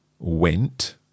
went